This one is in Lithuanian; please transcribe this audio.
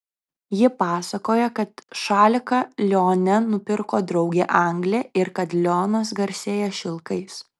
ji pasakoja kad šaliką lione nupirko draugė anglė ir kad lionas garsėja šilkais